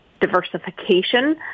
diversification